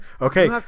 okay